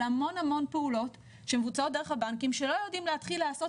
על המון המון פעולות שמבוצעות על ידי הבנקים שלא יודעים להתחיל לעשות